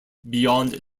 beyond